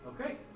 Okay